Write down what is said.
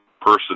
Person